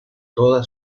toda